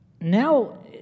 Now